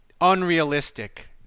unrealistic